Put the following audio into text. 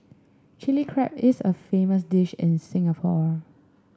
Chilli Crab is a famous dish in Singapore